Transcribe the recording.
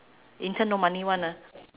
intern no money [one] ah